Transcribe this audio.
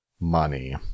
money